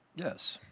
yes.